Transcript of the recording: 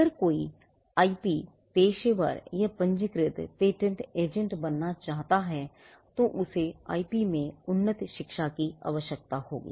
अगर कोई आईपी पेशेवर या पंजीकृत पेटेंट एजेंट बनना चाहता है तो उसे आईपी में उन्नत शिक्षा की आवश्यकता होगी